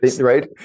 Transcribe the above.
right